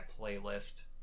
playlist